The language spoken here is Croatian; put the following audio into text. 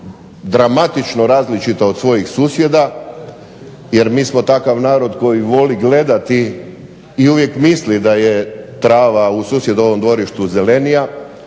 dramatično različita od svojih susjeda jer mi smo takav narod koji voli gledati i uvijek misli da je trava u susjedovom dvorištu zelenija,